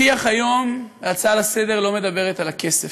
השיח היום, ההצעה לסדר-היום לא מדברת על הכסף,